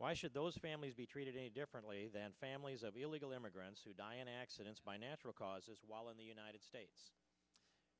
why should those families be treated any differently than families of illegal immigrants who die in accidents by natural causes while in the united states